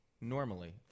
normally